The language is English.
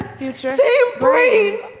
future. same brain.